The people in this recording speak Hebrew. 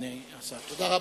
תודה.